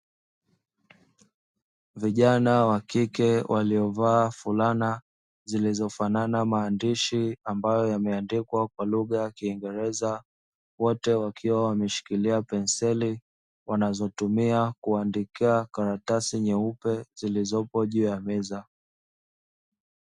Vijana wakike waliovaa fulana zilizofanana maandishi ambayo yameandikwa kwa lugha ya kingereza wote wakiwa wameshikilia penseli wanazotumia kuandikia karatasi nyeupe zilizopo juu ya meza.